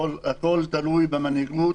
אבל הכול תלוי במנהיגות